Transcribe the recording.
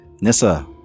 Nissa